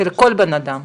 של כל בן אדם.